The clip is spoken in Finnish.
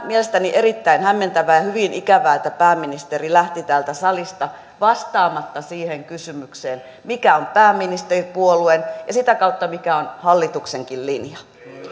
mielestäni erittäin hämmentävää ja on hyvin ikävää että pääministeri lähti täältä salista vastaamatta kysymykseen mikä on pääministeripuolueen ja sitä kautta hallituksenkin linja